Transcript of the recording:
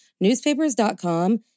newspapers.com